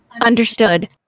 Understood